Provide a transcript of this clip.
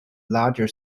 larger